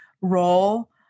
role